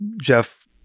Jeff